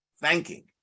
thanking